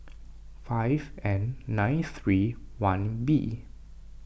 five N nine three one B